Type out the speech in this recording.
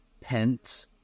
pence